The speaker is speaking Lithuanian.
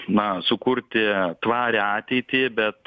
na sukurti tvarią ateitį bet